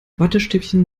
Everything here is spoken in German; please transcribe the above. wattestäbchen